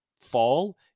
fall